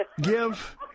Give –